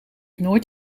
nooit